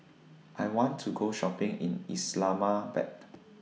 I want to Go Shopping in Islamabad